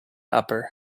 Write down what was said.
upper